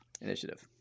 Initiative